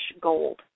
gold